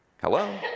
Hello